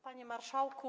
Panie Marszałku!